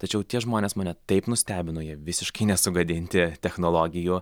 tačiau tie žmonės mane taip nustebino jie visiškai nesugadinti technologijų